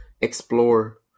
explore